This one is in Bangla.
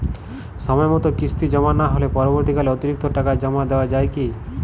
সময় মতো কিস্তি জমা না হলে পরবর্তীকালে অতিরিক্ত টাকা জমা দেওয়া য়ায় কি?